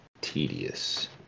tedious